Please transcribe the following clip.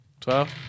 Twelve